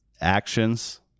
actions